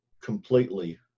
completely